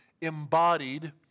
embodied